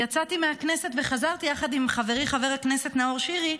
יצאתי מהכנסת וחזרתי משבעה יחד עם חברי חבר הכנסת נאור שירי.